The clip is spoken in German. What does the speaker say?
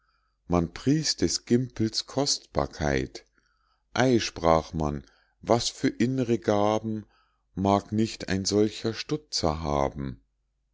man pries des gimpels kostbarkeit ei sprach man was für inn're gaben mag nicht ein solcher stutzer haben